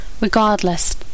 Regardless